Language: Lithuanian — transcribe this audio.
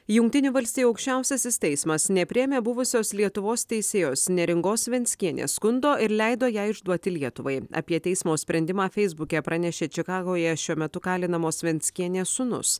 jungtinių valstijų aukščiausiasis teismas nepriėmė buvusios lietuvos teisėjos neringos venckienės skundo ir leido ją išduoti lietuvai apie teismo sprendimą feisbuke pranešė čikagoje šiuo metu kalinamos venckienės sūnus